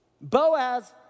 Boaz